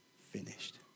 finished